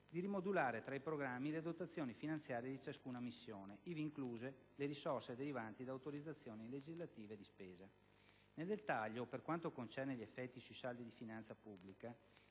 di rimodulare, tra i programmi, le dotazioni finanziarie di ciascuna missione, ivi incluse le risorse derivanti da autorizzazioni legislative di spesa. Nel dettaglio, per quanto concerne gli effetti sui saldi di finanza pubblica,